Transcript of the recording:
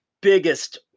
biggest